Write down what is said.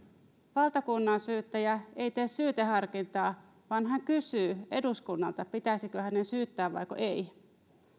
valtakunnansyyttäjä ei tee syyteharkintaa vaan hän kysyy eduskunnalta pitäisikö hänen syyttää vaiko ei